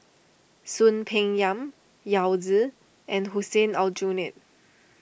Soon Peng Yam Yao Zi and Hussein Aljunied